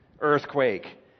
earthquake